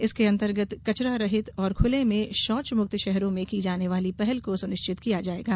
इसके अंतर्गत कचरा रहित और खुले में शौच मुक्त शहरों में की जाने वाली पहल को सुनिश्चित किया जायेगा